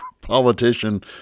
politician